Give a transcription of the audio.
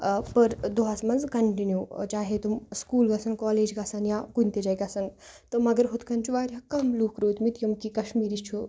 آ پٔر دۄہَس منٛز کَنٹِنیوٗ چاہے تِم سکوٗل گژھان کالیج گَژھان یا کُنہِ تہِ جایہِ گژھان تہٕ مگر یِتھٕ کٔنۍ چھُ واریاہ کَم لوٗکھ روٗدۍمٕتۍ یِم کہِ کَشمیٖری چھُ